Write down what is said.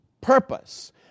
purpose